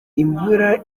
imvura